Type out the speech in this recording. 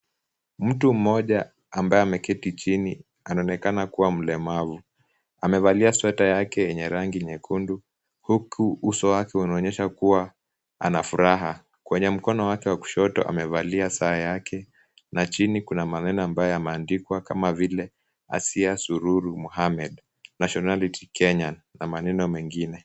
Mtu mmoja, ambaye ameketi chini. Anaonekana kuwa mlemavu. Amevalia sweta yake yenye rangi nyekundu huku uso wake unaonyesha kuwa ana furaha. Kwenye mkono wake wa kushoto , amevalia saa yake na chini kuna maneno ambayo yameandikwa kama vile, Asiya Sululu Muhamed. Nationality , Kenya na maneno mengine.